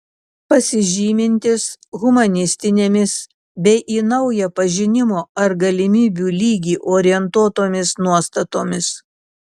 pasižymintis humanistinėmis bei į naują pažinimo ar galimybių lygį orientuotomis nuostatomis